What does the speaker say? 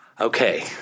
Okay